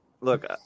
look